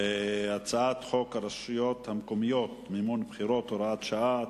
הצעת חוק הרשויות המקומיות (מימון בחירות) (הוראת שעה),